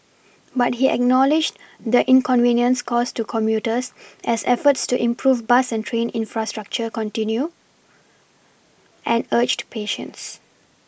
but he acknowledged the inconvenience caused to commuters as efforts to improve bus and train infrastructure continue and urged patience